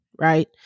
right